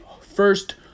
first